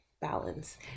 balance